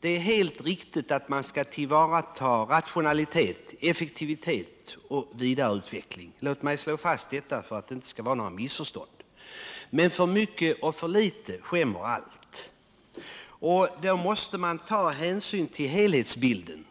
det är helt riktigt att tillvarata rationalitet, effektivitet och vidare utveckling. Låt mig slå fast detta för att undvika missförstånd. Men för mycket och för litet skämmer allt. Man måste ta hänsyn till helhetsbilden.